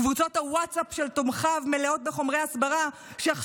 קבוצות הווטסאפ של תומכיו מלאות בחומרי הסברה שלפיהם